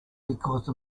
because